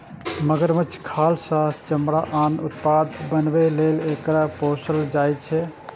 मगरमच्छक खाल सं चमड़ा आ आन उत्पाद बनाबै लेल एकरा पोसल जाइ छै